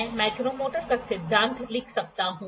मैं माइक्रोमीटर का सिद्धांत लिख सकता हूं